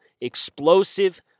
Explosive